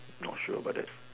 not sure but then